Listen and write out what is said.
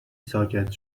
ساکت